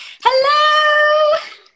hello